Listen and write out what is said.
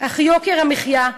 אך יוקר המחיה,